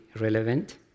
relevant